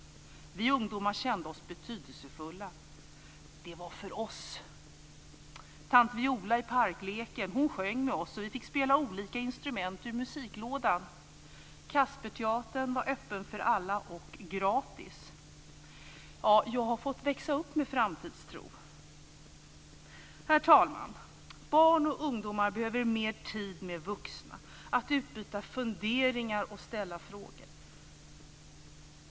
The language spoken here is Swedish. Vi ungdomar kände oss betydelsefulla. Det här var för oss. Tant Viola i parkleken sjöng med oss, och vi fick spela olika instrument ur musiklådan. Kasperteatern var öppen för alla och gratis. Jag har fått växa upp med framtidstro. Herr talman! Barn och ungdomar behöver mer tid med vuxna för att utbyta funderingar och ställa frågor.